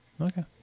Okay